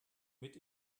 mit